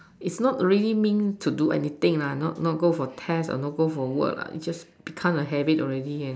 it's not really mean to do anything lah not not go for test or not go for work lah it just become a habit already and then